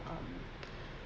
um